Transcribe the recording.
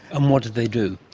and what did they do?